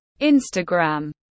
Instagram